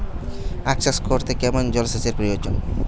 আখ চাষ করতে কেমন জলসেচের প্রয়োজন?